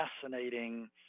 fascinating